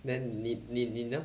then 你你呢